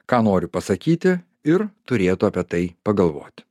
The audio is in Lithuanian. ką noriu pasakyti ir turėtų apie tai pagalvoti